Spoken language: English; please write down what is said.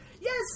Yes